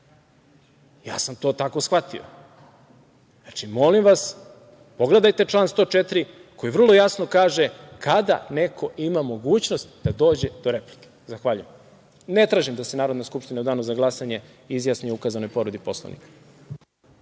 Ja sam to tako shvatio. Molim vas, pogledajte član 104. koji vrlo jasno kaže kada neko ima mogućnost da dođe do replike. Zahvaljujem. Ne tražim da se Narodna skupština u danu za glasanje izjasni o ukazanoj povredi Poslovnika.